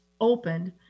opened